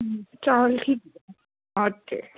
ਚਲ ਠੀਕ ਆ ਓਕੇ